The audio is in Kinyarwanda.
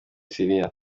siriya